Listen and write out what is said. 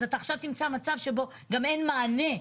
אז אתה עכשיו תמצא מצב שבו גם אין מענה.